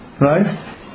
Right